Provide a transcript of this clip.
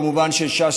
כמובן של ש"ס,